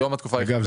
היום --- אגב,